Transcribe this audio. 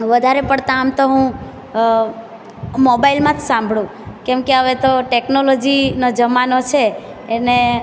વધારે પડતા આમ તો હું મોબાઈલમાં જ સાંભળું કેમ કે હવે તો ટેકનોલોજીનો જમાનો છે એને